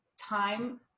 time